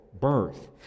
Birth